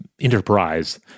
enterprise